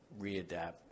readapt